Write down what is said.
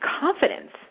confidence